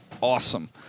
awesome